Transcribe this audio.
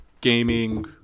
gaming